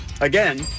Again